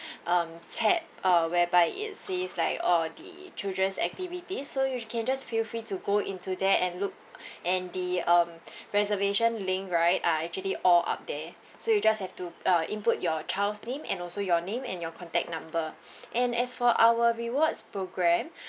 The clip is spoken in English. um tab uh whereby it says like all the children's activities so you can just feel free to go into there and look and the um reservation link right are actually all up there so you just have to uh input your child's name and also your name and your contact number and as for our rewards program